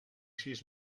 sis